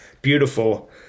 beautiful